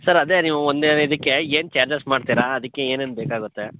sir ಅದೇ ನೀವು ಒಂದೇ ಇದಕ್ಕೆ ಏನು ಚಾರ್ಜಸ್ ಮಾಡ್ತೀರಾ ಅದಕ್ಕೆ ಏನು ಏನು ಬೇಕಾಗುತ್ತೆ